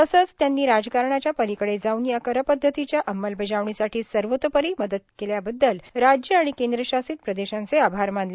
तसंच त्यांनी राजकारणाच्या पतीकडे जाऊन या कर पद्धतीच्या अंमलबजावणीसाठी सर्वोतोपरी मदत केली म्हणून राज्य आणि केंद्र शासित प्रदेशांचे आभार मानले